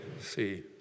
see